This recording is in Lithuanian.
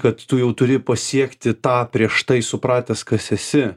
kad tu jau turi pasiekti tą prieš tai supratęs kas esi